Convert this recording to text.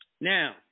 Now